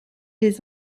les